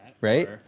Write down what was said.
Right